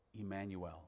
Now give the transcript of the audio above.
Emmanuel